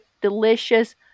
delicious